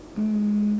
um